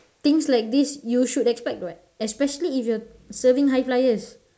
things like this you should expect what especially if you're serving high flyers